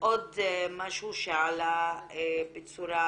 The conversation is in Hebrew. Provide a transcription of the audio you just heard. עוד משהו שעלה בצורה